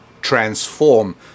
transform